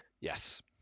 Yes